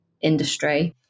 industry